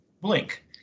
blink